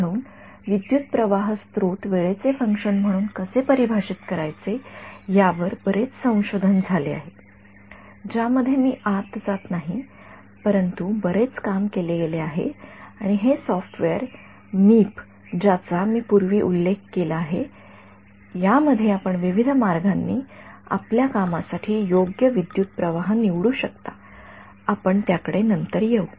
म्हणून विद्युतप्रवाह स्त्रोत वेळेचे फंक्शन म्हणून कसे परिभाषित करायचे यावर बरेच संशोधन झाले आहे ज्यामध्ये मी जात नाही परंतु बरेच काम केले गेले आहे आणि हे सॉफ्टवेअर मीप ज्याचा मी पूर्वी उल्लेख केला आहे यामध्ये आपण विविध मार्गांनी आपल्या कामासाठी योग्य विद्युतप्रवाह स्त्रोत निवडू शकता आपण त्याकडे नंतर येऊ